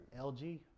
LG